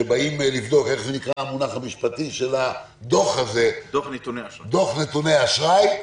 שבאים לבדוק - דוח נתוני אשראי,